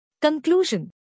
Conclusion